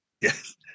Yes